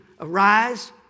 Arise